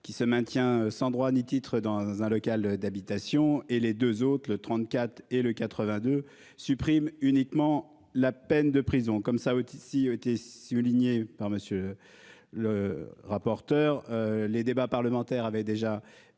qui se maintient sans droit ni titre dans un local d'habitation et les deux autres le 34 et le 82 supprime uniquement la peine de prison comme ça. Autre ici été soulignée par monsieur le rapporteur. Les débats parlementaires avaient déjà